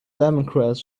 lemongrass